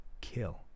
kill